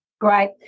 Great